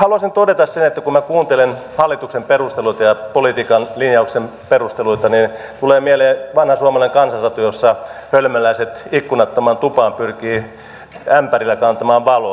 haluaisin todeta sen että kun minä kuuntelen hallituksen perusteluita ja politiikan linjauksen perusteluita niin tulee mieleen vanha suomalainen kansansatu jossa hölmöläiset ikkunattomaan tupaan pyrkivät ämpärillä kantamaan valoa ulkoa